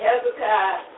Hezekiah